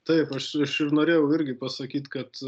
taip aš ir norėjau irgi pasakyt kad